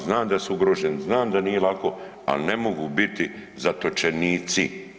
Znam da su ugroženi, znam da nije lako, ali ne mogu biti zatočenici.